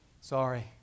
Sorry